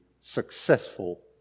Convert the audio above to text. successful